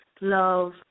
love